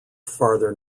farther